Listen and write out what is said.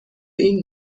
این